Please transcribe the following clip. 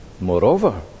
moreover